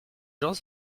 gens